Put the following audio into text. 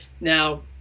Now